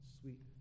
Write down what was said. sweet